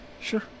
Sure